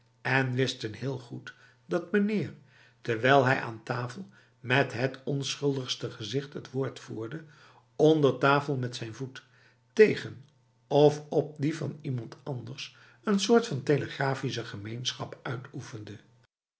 en wisten heel goed dat meneer terwijl hij aan tafel met het onschuldigste gezicht het woord voerde onder tafel met zijn voet tegen of op die van iemand anders een soort van telegrafische gemeenschap